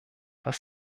was